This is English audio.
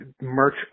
Merch